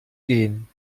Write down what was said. gehen